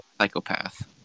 psychopath